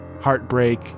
heartbreak